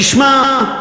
תשמע.